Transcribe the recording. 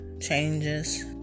changes